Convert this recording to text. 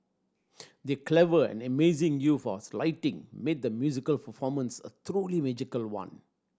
the clever and amazing use of slighting made the musical performance a truly magical one